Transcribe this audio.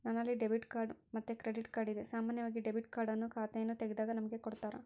ನನ್ನಲ್ಲಿ ಡೆಬಿಟ್ ಮತ್ತೆ credit card ಇದೆ, ಸಾಮಾನ್ಯವಾಗಿ ಡೆಬಿಟ್ ಕಾರ್ಡ್ ಅನ್ನು ಖಾತೆಯನ್ನು ತೆಗೆದಾಗ ನಮಗೆ ಕೊಡುತ್ತಾರ